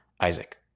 Isaac